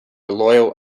loyal